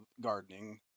gardening